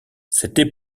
c’était